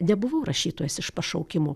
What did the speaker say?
nebuvau rašytojas iš pašaukimo